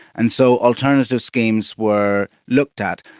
and so alternative schemes were looked at.